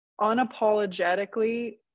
unapologetically